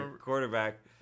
quarterback